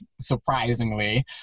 surprisingly